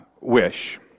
wish